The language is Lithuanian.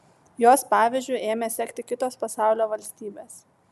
jos pavyzdžiu ėmė sekti kitos pasaulio valstybės